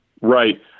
Right